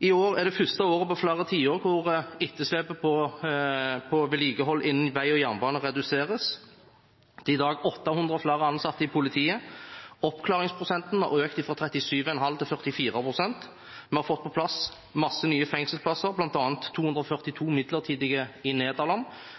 I år er det første året på flere tiår da etterslepet på vedlikehold innen vei og jernbane reduseres. I dag er det 800 flere ansatte i politiet, og oppklaringsprosenten har økt fra 37,5 pst. til 44 pst. Vi har fått på plass masse nye fengselsplasser, blant annet 242 midlertidige i Nederland,